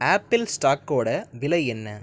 apple ஸ்டாக்கோட விலை என்ன